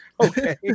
Okay